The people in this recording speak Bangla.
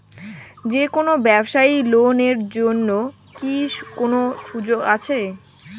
যে কোনো ব্যবসায়ী লোন এর জন্যে কি কোনো সুযোগ আসে?